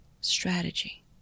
strategy